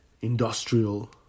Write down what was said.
industrial